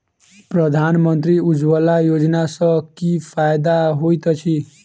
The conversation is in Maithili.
प्रधानमंत्री उज्जवला योजना सँ की फायदा होइत अछि?